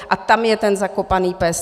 A tam je ten zakopaný pes.